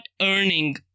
earning